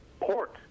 port